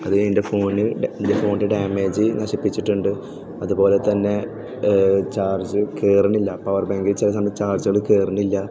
അതെ എൻ്റെ ഫോണിൽ ഈ ഫോണിൻ്റെ ഡാമേജ് നശിപ്പിച്ചിട്ടുണ്ട് അതുപോലെ തന്നെ ചാർജ് കേറണില്ല പവർ ബാങ്ക് റീചാർജായത് കൊണ്ട് ചാർജ് അങ്ങോട്ട് കേറണില്ല